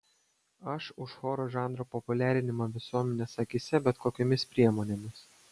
aš už choro žanro populiarinimą visuomenės akyse bet kokiomis priemonėmis